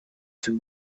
too